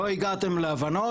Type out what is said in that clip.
לא הגעתם להבנות,